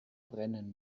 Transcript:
brennen